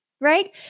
right